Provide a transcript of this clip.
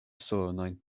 sonojn